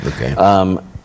Okay